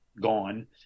gone